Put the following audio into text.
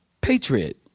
Patriot